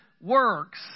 works